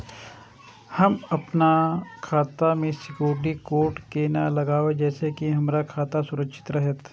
हम अपन खाता में सिक्युरिटी कोड केना लगाव जैसे के हमर खाता सुरक्षित रहैत?